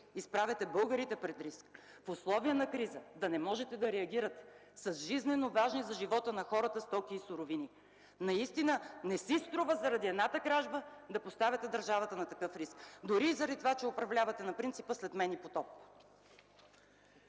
изправяте българите пред риск – в условия на криза да не можете да реагирате с жизнено важни за живота на хората стоки и суровини. Наистина не си струва заради едната кражба да поставяте държавата на такъв риск дори и заради това, че управлявате на принципа: „След мен и потоп!”.